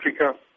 Africa